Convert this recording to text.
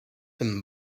een